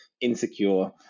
insecure